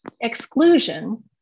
Exclusion